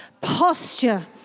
posture